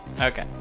Okay